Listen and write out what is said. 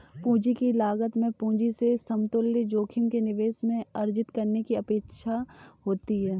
पूंजी की लागत में पूंजी से समतुल्य जोखिम के निवेश में अर्जित करने की अपेक्षा होती है